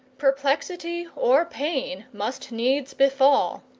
perplexity or pain must needs befall.